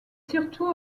surtout